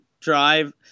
drive